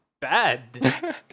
bad